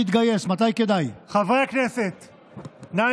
אני מתכבד להביא לאישור מליאת הכנסת בקריאה